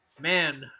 man